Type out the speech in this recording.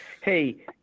Hey